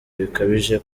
bikabije